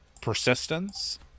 persistence